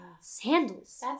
Sandals